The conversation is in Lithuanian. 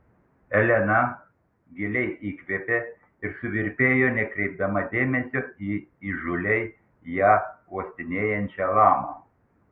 elena giliai įkvėpė ir suvirpėjo nekreipdama dėmesio į įžūliai ją uostinėjančią lamą